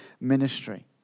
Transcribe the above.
ministry